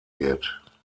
wird